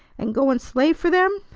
and go and slave for them.